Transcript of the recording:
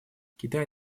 китай